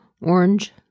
Orange